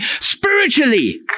spiritually